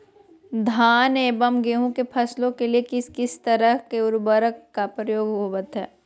धान एवं गेहूं के फसलों के लिए किस किस तरह के उर्वरक का उपयोग होवत है?